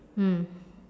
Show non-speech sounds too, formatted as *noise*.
mm *breath*